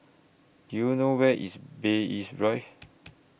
Do YOU know Where IS Bay East Rive